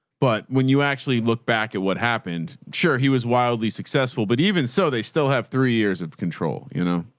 but when you actually look back at what happened, sure. he was wildly successful, but even, so they still have three years of control, you know?